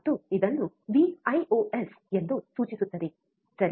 ಮತ್ತು ಇದನ್ನು ವಿಅಯೋಸ್ಎಂದು ಸೂಚಿಸುತ್ತದೆ ಸರಿ